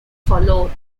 followed